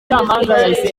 igihe